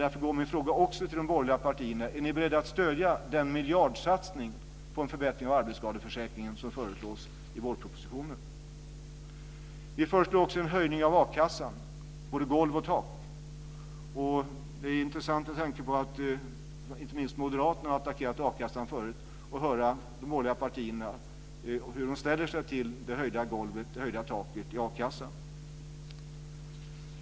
Därför går också här min fråga till de borgerliga partierna: Är ni beredda att stödja den miljardsatsning på en förbättring av arbetsskadeförsäkringen som föreslås i vårpropositionen? Vi föreslår också en höjning av både golv och tak i a-kassan. Det är inte minst med tanke på att moderaterna tidigare har attackerat a-kassan intressant att höra hur de borgerliga partierna ställer sig till höjningen av golvet och av taket i a-kassan.